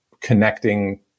connecting